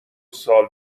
سالم